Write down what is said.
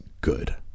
good